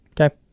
Okay